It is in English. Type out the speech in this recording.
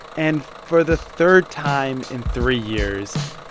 and for the third time in three years,